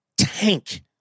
Tank